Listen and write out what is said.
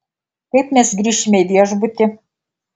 kaip mes grįšime į viešbutį